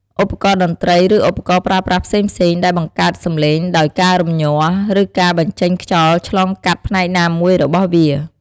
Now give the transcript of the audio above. ឧបករណ៍តន្រ្តី ឬឧបករណ៍ប្រើប្រាស់ផ្សេងៗ ដែលបង្កើតសំឡេងដោយការរំញ័រ ឬការបញ្ចេញខ្យល់ឆ្លងកាត់ផ្នែកណាមួយរបស់វា។